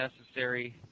necessary